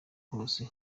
hose